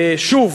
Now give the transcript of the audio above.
שוב,